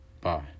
Bye